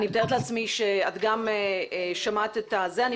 אני מתארת לעצמי שגם את שמעת את ה- -- אני